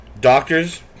Doctors